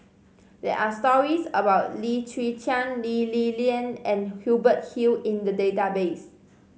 there are stories about Lim Chwee Chian Lee Li Lian and Hubert Hill in the database